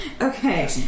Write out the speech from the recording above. Okay